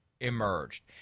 emerged